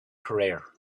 career